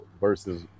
versus